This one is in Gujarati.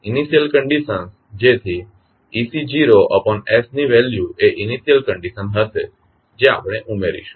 જેથી ecs ની વેલ્યુ એ ઇનિશ્યલ કંડીશન હશે જે આપણે ઉમેરીશું